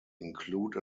include